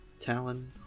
talon